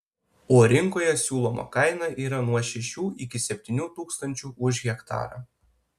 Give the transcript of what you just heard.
o rinkoje siūloma kaina yra nuo šešių iki septynių tūkstančių už hektarą